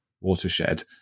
watershed